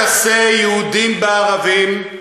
אתה משסה יהודים בערבים,